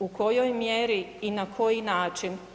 u kojoj mjeri i na koji način.